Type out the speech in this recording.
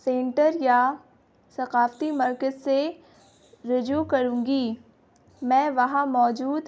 centre یا ثقافتی مرکز سے رجوع کروں گی میں وہاں موجود